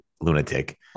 lunatic